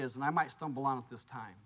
is and i might stumble on it this time